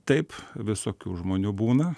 taip visokių žmonių būna